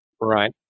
Right